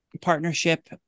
partnership